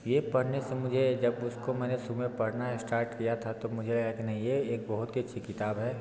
ये पढ़ने से मुझे जब उसको मैंने शुरू में पढ़ना इस्टार्ट किया था तो मुझे लगा कि नहीं ये एक बहुत ही अच्छी किताब है